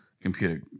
computer